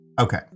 Okay